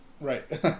Right